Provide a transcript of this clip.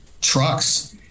trucks